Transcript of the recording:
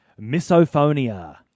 misophonia